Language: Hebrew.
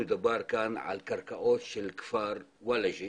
כאן מדובר על קרקעות של כפר וואלג'ה